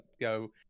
go